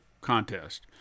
contest